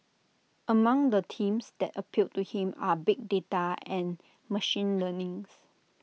among the themes that appeal to him are big data and machine learnings